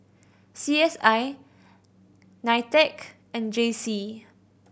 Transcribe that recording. C S I NITEC and J C